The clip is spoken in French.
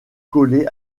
collées